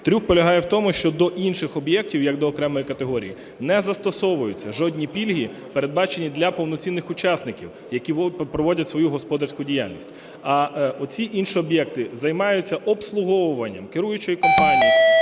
Трюк полягає в тому, що до інших об'єктів як до окремої категорії не застосовуються жодні пільги, передбачені для повноцінних учасників, які провадять свою господарську діяльність, а оці інші об'єкти займаються обслуговуванням керуючої компанії